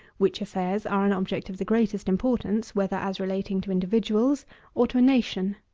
which affairs are an object of the greatest importance, whether as relating to individuals or to a nation.